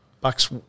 Bucks